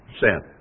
sin